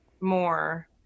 more